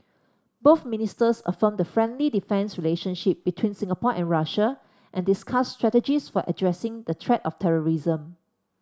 both ministers affirmed the friendly defence relationship between Singapore and Russia and discussed strategies for addressing the threat of terrorism